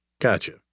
Gotcha